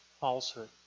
falsehood